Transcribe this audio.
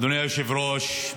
אדוני היושב-ראש,